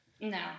No